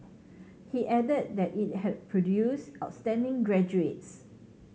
he added that it had produced outstanding graduates